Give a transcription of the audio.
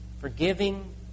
forgiving